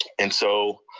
and so